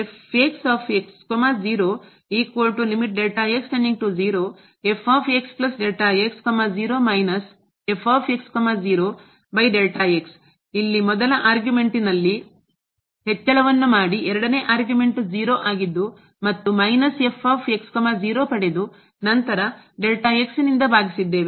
ಆದ್ದರಿಂದ ಇಲ್ಲಿ ಮೊದಲ ಆರ್ಗ್ಯುಮೆಂಟ್ನಲ್ಲಿ ಹೆಚ್ಚಳವನ್ನು ಮಾಡಿ ಎರಡನೇ ಆರ್ಗ್ಯುಮೆಂಟ್ 0 ಆಗಿದ್ದು ಮತ್ತು ಮೈನಸ್ ಪಡೆದು ನಂತರ ನಿಂದ ಭಾಗಿಸಿದ್ದೇವೆ